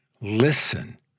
Listen